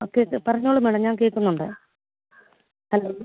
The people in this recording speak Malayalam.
ഓക്കെ ഇത് പറഞ്ഞോളു മേഡം ഞാൻ കേൾക്കുന്നുണ്ട് ഹലോ